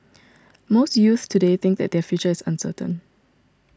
most youths today think that their future is uncertain